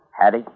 Hattie